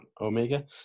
Omega